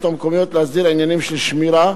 המקומיות להסדיר עניינים של שמירה,